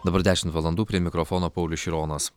dabar dešimt valandų prie mikrofono paulius šironas